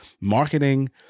marketing